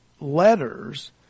letters